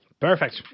perfect